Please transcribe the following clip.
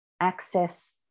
access